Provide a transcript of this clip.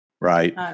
right